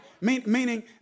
Meaning